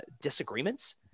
disagreements